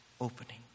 opening